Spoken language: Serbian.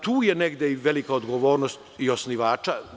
Tu je negde i velika odgovornost i osnivača.